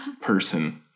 person